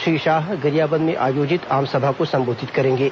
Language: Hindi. श्री शाह गरियाबंद में आयोजित आमसभा को संबोधित करेंगे